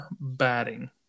batting